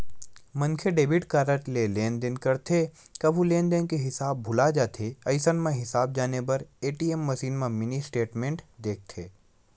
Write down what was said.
मनखे debit card ले लेनदेन करथे कभू लेनदेन के हिसाब भूला जाथे अइसन म हिसाब जाने बर ए.टी.एम मसीन म मिनी स्टेटमेंट देखथे